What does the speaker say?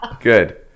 good